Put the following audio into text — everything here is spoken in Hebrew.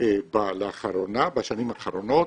בשנים האחרונות,